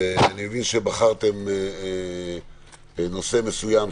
אני מבין שבחרתם נושא מסוים,